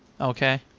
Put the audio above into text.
Okay